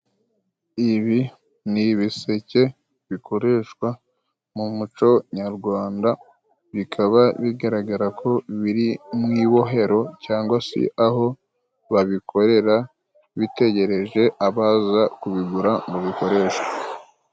Ibi ni ibiseke bikoreshwa mu muco nyarwanda, bikaba bigaragara ko biri mubohero cyangwa se aho babikorera bitegereje abaza kubigura mu bikoresho.